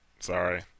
Sorry